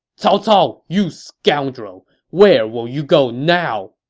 cao cao, you scoundrel! where will you go now!